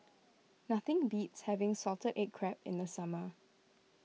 nothing beats having Salted Egg Crab in the summer